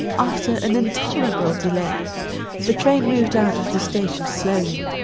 after an intolerable delay the train moved out of the station slowly.